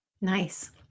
Nice